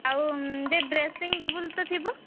ଆଉ ଯେ dressing table ତ ଥିବ